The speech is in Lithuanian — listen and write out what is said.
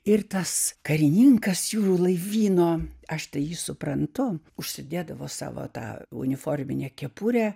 ir tas karininkas jūrų laivyno aš tai jį suprantu užsidėdavo savo tą uniforminę kepurę